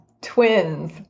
twins